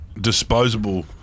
disposable